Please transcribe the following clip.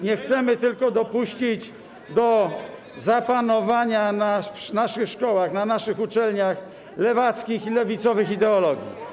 Nie chcemy tylko dopuścić do zapanowania w naszych szkołach, na naszych uczelniach lewackich i lewicowych ideologii.